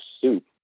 soup